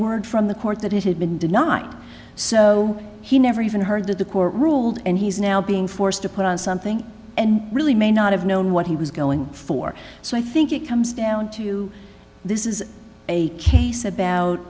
word from the court that it had been denied so he never even heard that the court ruled and he's now being forced to put on something and really may not have known what he was going for so i think it comes down to this is a case about